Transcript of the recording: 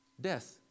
Death